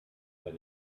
that